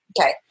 Okay